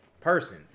person